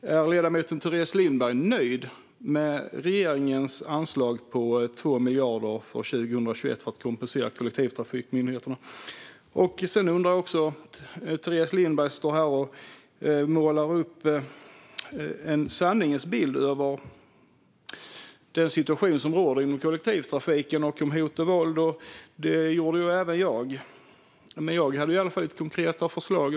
Är ledamoten Teres Lindberg nöjd med regeringens anslag på 2 miljarder för 2021 för att kompensera kollektivtrafikmyndigheterna? Teres Lindberg står här och målar upp en sanningens bild över den situation som råder inom kollektivtrafiken när det gäller hot och våld. Det gjorde även jag, men jag hade i alla fall konkreta förslag.